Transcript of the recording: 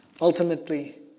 ultimately